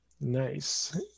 Nice